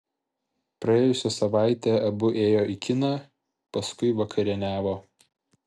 praėjusią savaitę abu ėjo į kiną paskui vakarieniavo